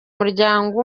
muryango